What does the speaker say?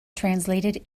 translated